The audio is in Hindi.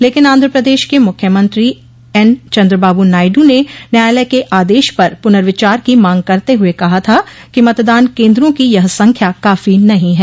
लेकिन आंध्र प्रदेश के मुख्यमंत्री एन चंद्रबाबू नायडू ने न्यायालय के आदेश पर पुनर्विचार की मांग करते हुए कहा था कि मतदान केंद्रों की यह संख्या काफ़ी नहीं है